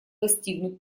достигнут